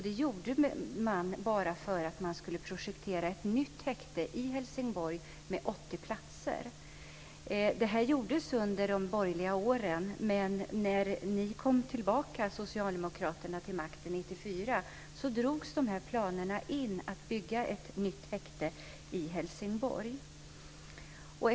Det gjorde man på grund av att man skulle projektera ett nytt häkte i Helsingborg med 80 platser. Det här gjordes under de borgerliga åren, men när Socialdemokraterna kom tillbaka till makten 1994 drogs planerna på att bygga ett nytt häkte i Helsingborg in.